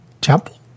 temple